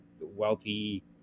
wealthy